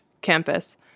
campus